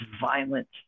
violent